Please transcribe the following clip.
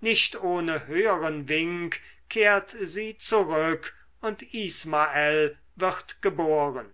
nicht ohne höheren wink kehrt sie zurück und ismael wird geboren